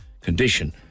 condition